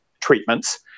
treatments